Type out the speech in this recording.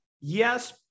Yes